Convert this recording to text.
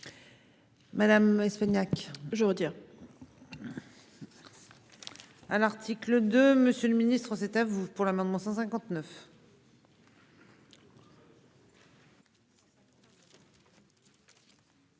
Madame Espagnac, je veux dire. À l'article de Monsieur le Ministre aux États vous pour l'amendement 159.